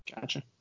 Gotcha